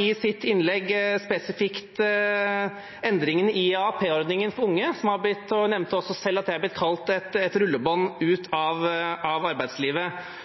i sitt innlegg spesifikt endringene i AAP-ordningen for unge, og hun nevnte også selv at det har blitt kalt et rullebånd ut av arbeidslivet.